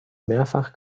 mehrfach